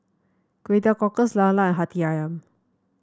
Kway Teow Cockles lala and hati ayam